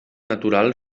natural